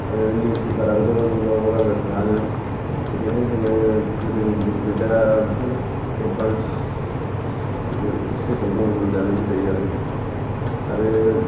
आरो निउसपेपाराबोथ' बबेबा बबेबा गामियाव थाङानो ओंखायनो जोङो गोदोनि दिननिख्रुइ दा बहुथ एडबानस ओ स्टेसाव दं होनजानो बुंजायो आरो आरो